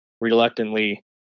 reluctantly